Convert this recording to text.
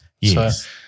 yes